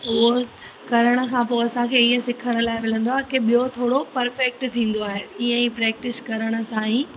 उहा करण खां पोइ असांखे ईअं सिखण लाइ मिलंदो आहे की ॿियो थोरो परफैक्ट थींदो आहे ईअंई प्रैक्टिस करण सां ई